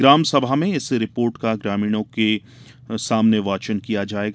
ग्राम सभा में इस रिपोर्ट का ग्रामीणों के समक्ष वाचन किया जायेगा